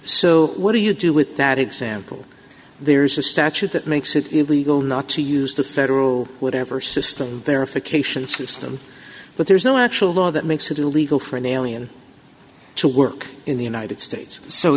so what do you do with that example there's a statute that makes it illegal not to use the federal would ever system there if a cation system but there's no actual law that makes it illegal for an alien to work in the united states so